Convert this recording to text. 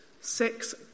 six